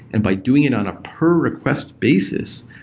and by doing it on a per request basis,